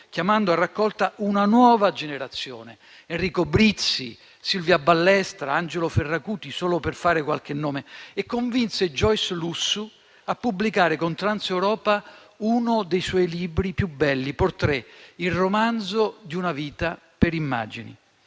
chiamando a raccolta una nuova generazione: Enrico Brizzi, Silvia Ballestra, Angelo Ferracuti, solo per fare qualche nome. Egli convinse Joyce Lussu a pubblicare con "Transeuropa" uno dei suoi libri più belli - «Portrait» -, il romanzo di una vita per immagini.